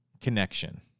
connection